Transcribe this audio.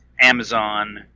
Amazon